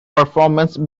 performance